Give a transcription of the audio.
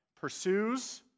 pursues